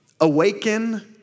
Awaken